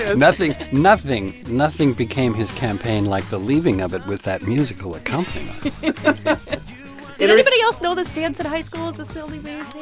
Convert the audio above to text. ah nothing, nothing, nothing became his campaign like the leaving of it with that musical accompaniment did anybody else know this dance at high school? is this the only.